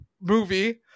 movie